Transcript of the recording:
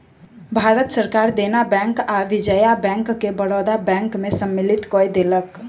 भारत सरकार देना बैंक आ विजया बैंक के बड़ौदा बैंक में सम्मलित कय देलक